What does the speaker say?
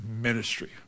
ministry